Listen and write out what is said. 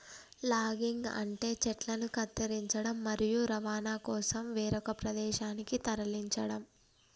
logging అంటే చెట్లను కత్తిరించడం, మరియు రవాణా కోసం వేరొక ప్రదేశానికి తరలించడం